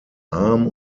arm